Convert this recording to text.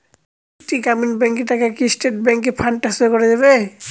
একটি গ্রামীণ ব্যাংকের টাকা কি স্টেট ব্যাংকে ফান্ড ট্রান্সফার করা যাবে?